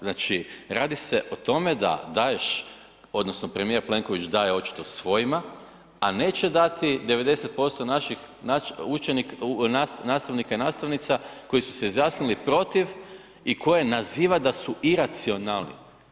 Znači radi se o tome da daješ odnosno premijer Plenković daje očito svojima, a neće dati 90% naših učenika, nastavnika i nastavnica koji su se izjasnili protiv i koje naziva da su iracionalni.